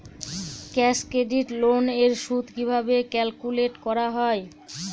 Cash credit loan এর সুদ কিভাবে ক্যালকুলেট করা হয়?